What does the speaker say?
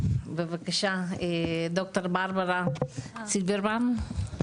בבקשה ד"ר ברברה סילברמן,